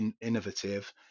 innovative